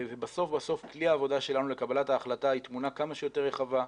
בסוף בסוף כלי העבודה שלנו לקבלת ההחלטה היא תמונה כמה שיותר רחבה,